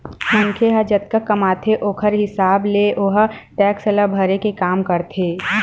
मनखे ह जतका कमाथे ओखर हिसाब ले ओहा टेक्स ल भरे के काम करथे